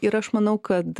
ir aš manau kad